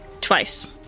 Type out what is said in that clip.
twice